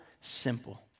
simple